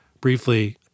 briefly